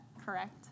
correct